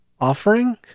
offering